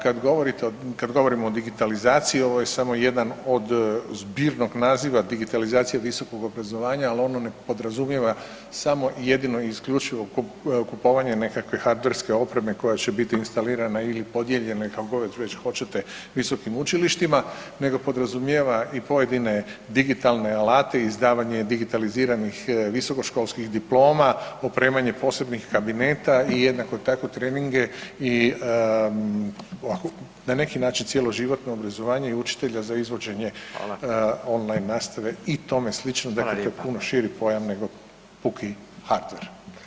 Kad govorimo o digitalizaciji, ovo je samo jedan od zbirnog naziva digitalizacije visokog obrazovanja, ali ne ono podrazumijeva samo jedino i isključivo kupovanje nekakve hardverske opreme koja će biti instalirana ili podijeljena ili kako god već hoćete visokim učilištima nego podrazumijeva i pojedine digitalne alate i izdavanje digitaliziranih visokoškolskih diploma, opremanje posebnih kabineta i jednako tako treninge i na neki način cjeloživotno obrazovanje učitelja za izvođenje online nastave i tome slično, [[Upadica Radin: Hvala lijepa.]] dakle, to je puno širi pojam nego puki hardver.